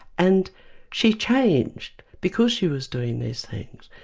and she changed because she was doing these things.